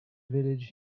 village